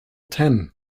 ten